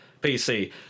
PC